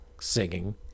singing